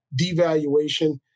devaluation